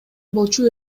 болчу